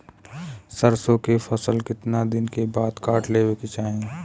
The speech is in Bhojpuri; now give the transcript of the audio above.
सरसो के फसल कितना दिन के बाद काट लेवे के चाही?